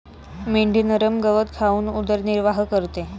मेंढी नरम गवत खाऊन उदरनिर्वाह करते